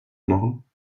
knochen